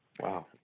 Wow